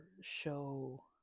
show